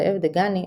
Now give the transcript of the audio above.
זאב דגני,